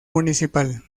municipal